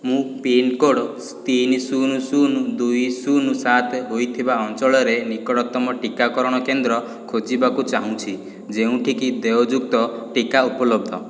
ମୁଁ ପିନ୍କୋଡ଼୍ ତିନି ଶୂନ ଶୂନ ଦୁଇ ଶୂନ ସାତ ହୋଇଥିବା ଅଞ୍ଚଳରେ ନିକଟତମ ଟିକାକରଣ କେନ୍ଦ୍ର ଖୋଜିବାକୁ ଚାହୁଁଛି ଯେଉଁଠିକି ଦେୟଯୁକ୍ତ ଟିକା ଉପଲବ୍ଧ